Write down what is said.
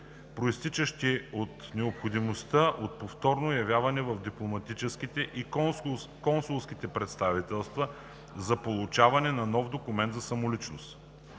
произтичащи от необходимостта от повторно явяване в дипломатическите и консулските представителства за получаване на нов документ за самоличност.